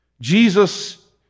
Jesus